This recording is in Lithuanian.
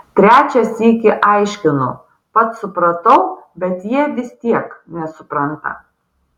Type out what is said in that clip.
trečią sykį aiškinu pats supratau bet jie vis tiek nesupranta